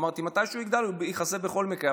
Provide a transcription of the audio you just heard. אמרתי, כשהוא יגדל, הוא ייחשף בכל מקרה.